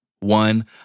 One